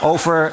Over